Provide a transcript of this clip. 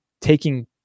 taking